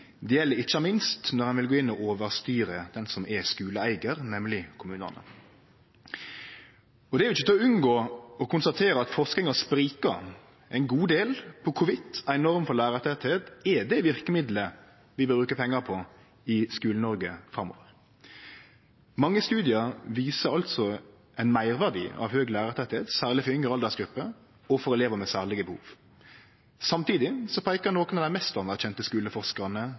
Det gjeld ikkje minst når ein vil gå inn og overstyre den som er skuleeigar, nemleg kommunane. Det er ikkje til å unngå å konstatere at forskinga sprikar ein god del når det gjeld om ei norm for lærartettleik er det verkemiddelet vi bør bruke pengar på i Skule-Noreg framover. Mange studiar viser altså ein meirverdi av auka lærartettleik, særleg for yngre aldersgrupper og for elevar med særlege behov. Samtidig peikar nokon av dei mest anerkjende skuleforskarane